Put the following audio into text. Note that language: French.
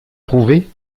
prouvé